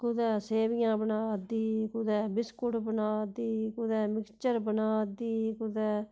कुदै सेवियां बना दी कुदै बिस्कुट बना दी कुदै मिक्चर बना दी कुदै